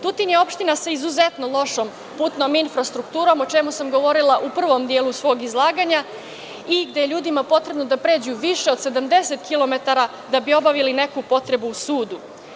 Tutin je opština sa izuzetno lošom putnom infrastrukturom, o čemu sam govorila u prvom delu svog izlaganja, gde je ljudima potrebno da pređu više od 70 kilometara da bi obavili neku potrebu u sudu.